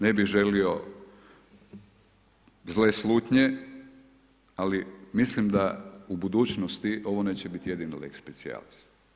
Ne bih želio zle slutnje ali mislim da u budućnosti ovo neće biti jedini lex specialis.